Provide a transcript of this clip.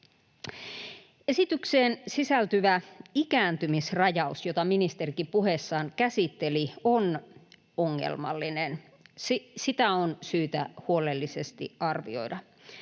Esitykseen sisältyvä ikääntymisrajaus, jota ministerikin puheessaan käsitteli, on ongelmallinen. Sitä on syytä huolellisesti arvioida.